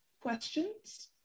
questions